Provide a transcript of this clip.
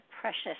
precious